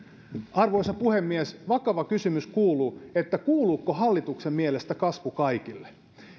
arvoisa puhemies vakava kysymys kuuluu kuuluuko hallituksen mielestä kasvu kaikille